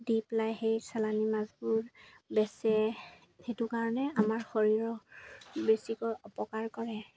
দি পেলাই সেই চালানী মাছবোৰ বেচে সেইটো কাৰণে আমাৰ শৰীৰৰ বেছিকৈ অপকাৰ কৰে